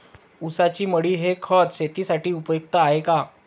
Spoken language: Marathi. ऊसाची मळी हे खत शेतीसाठी उपयुक्त आहे का?